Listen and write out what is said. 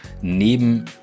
neben